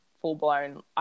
full-blown –